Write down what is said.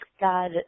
God